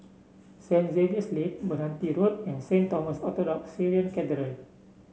Saint Xavier's Lane Meranti Road and Saint Thomas Orthodox Syrian Cathedral